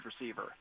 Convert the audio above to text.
receiver